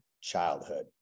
childhood